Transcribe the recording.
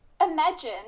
imagine